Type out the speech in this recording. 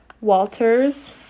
Walters